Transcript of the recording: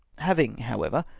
having, however,